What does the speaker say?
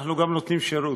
אנחנו גם נותנים שירות.